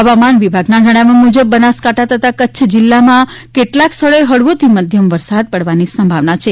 હવામાન વિભાગના જણાવ્યા મુજબ બનાસકાંઠા તથા કચ્છ જિલ્લામાં કેટલાંક સ્થળોએ હળવોથી મધ્યમ વરસાદ પડવાન સંભાવના છે